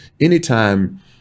anytime